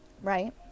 right